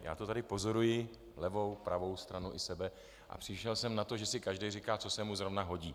Já to tady pozoruji, levou, pravou stranu i sebe, a přišel jsem na to, že si každý říká, co se mu zrovna hodí.